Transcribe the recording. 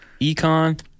econ